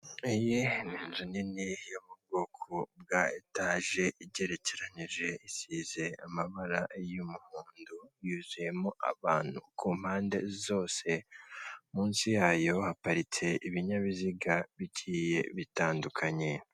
Iyi ni inzu nini yo mu bwoko bwa etaje igerekeranyije, isize amabara y'umuhondo, yuzuyemo abantu. Ku mpande zose, munsi ya yo haparitse ibinyabiziga bigiye bitandukanye.